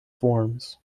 forms